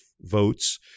votes